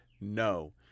No